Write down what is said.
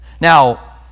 Now